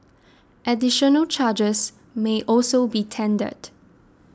additional charges may also be tendered